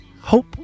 hope